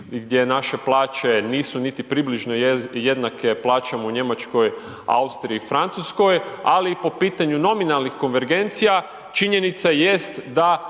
gdje naše plaće nisu niti približno jednake plaćama u Njemačkoj, Austriji, Francuskoj ali i po pitanju nominalnih konvergencija, činjenica jest da